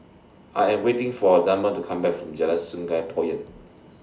I Am waiting For Damon to Come Back from Jalan Sungei Poyan